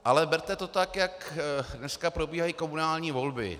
Ale berte to tak, jak dneska probíhají komunální volby.